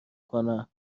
کنن